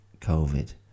covid